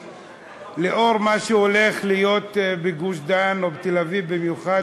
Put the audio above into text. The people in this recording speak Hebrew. כי לאור מה שהולך להיות בגוש-דן ובתל-אביב במיוחד,